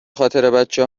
خاطربچه